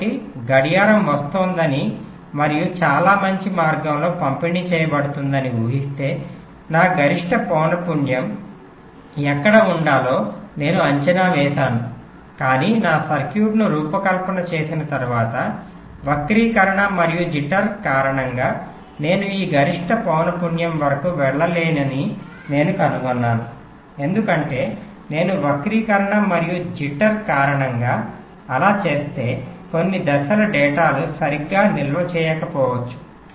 కాబట్టి గడియారం వస్తోందని మరియు చాలా మంచి మార్గంలో పంపిణీ చేయబడుతుందని ఊహిస్తే నా గరిష్ట పౌన పున్యం ఎక్కడ ఉండాలో నేను అంచనా వేశాను కానీ నా సర్క్యూట్ను రూపకల్పన చేసిన తరువాత వక్రీకరణ మరియు జిటర్ కారణంగా నేను ఆ గరిష్ట పౌన పున్యం వరకు వెళ్ళలేనని నేను కనుగొన్నాను ఎందుకంటే నేను వక్రీకరణ మరియు జిట్టర్ కారణంగా అలా చేస్తే కొన్ని దశలు డేటాను సరిగ్గా నిల్వ చేయకపోవచ్చు